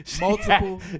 multiple